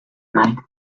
night